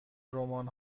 رمان